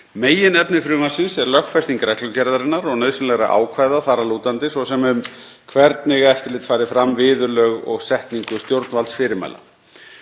Meginefni frumvarpsins er lögfesting reglugerðarinnar og nauðsynlegra ákvæða þar að lútandi, svo sem um hvernig eftirlit fari fram, viðurlög og setningu stjórnvaldsfyrirmæla.